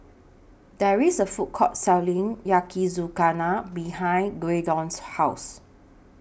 There IS A Food Court Selling Yakizakana behind Graydon's House